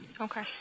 Okay